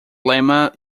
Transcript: lemma